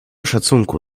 szacunku